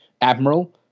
admiral